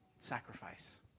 sacrifice